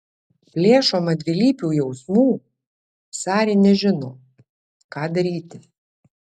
plėšoma dvilypių jausmų sari nežino ką daryti